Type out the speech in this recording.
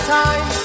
time